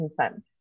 consent